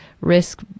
risk